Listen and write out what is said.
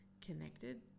connected